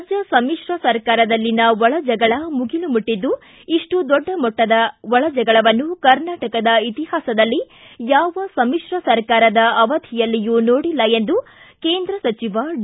ರಾಜ್ಯ ಸಮಿಶ್ರ ಸರ್ಕಾರದಲ್ಲಿನ ಒಳ ಜಗಳ ಮುಗಿಲು ಮುಟ್ಟದ್ದು ಇಪ್ಪು ದೊಡ್ಡ ಮಟ್ಟದ ಒಳ ಜಗಳವನ್ನು ಕರ್ನಾಟಕದ ಇತಿಹಾಸದಲ್ಲಿ ಯಾವ ಸಮಿತ್ರ ಸರ್ಕಾರದ ಅವಧಿಯಲ್ಲಿಯೂ ನೋಡಿಲ್ಲ ಎಂದು ಕೇಂದ್ರ ಸಚಿವ ಡಿ